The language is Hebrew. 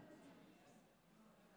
אדוני היושב-ראש,